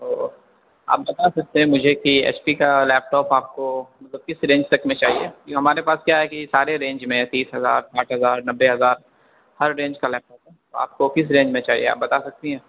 تو آپ بتا سکتے ہیں مجھے کہ ایچ پی کا لیپ ٹاپ آپ کو مطلب کس رینج تک میں چاہیے کیونکہ ہمارے پاس کیا ہے کہ سارے رینج میں ہے تیس ہزار سٹھ ہزار نبے ہزار ہر رینج کا لیپ ٹاپ ہے تو آپ کو کس رینج میں چاہیے آپ بتا سکتی ہیں